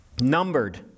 numbered